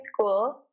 school